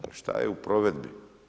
Ali šta je u provedbi?